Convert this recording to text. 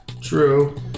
True